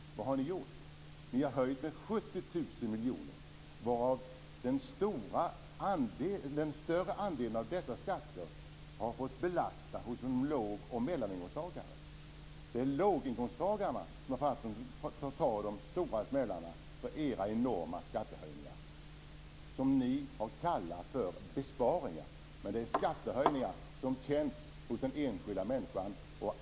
Vad har ni gjort? Ni har höjt med 70 000 miljoner. Den större andelen av dessa skatter har belastat låg och medelinkomsttagare. Det är låginkomsttagarna som har fått ta de stora smällarna av era enorma skattehöjningar. Dem har ni kallat för besparingar, men det är skattehöjningar som känns för den enskilda människan.